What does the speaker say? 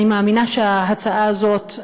אני מאמינה שההצעה הזאת,